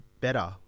better